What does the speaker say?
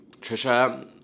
Trisha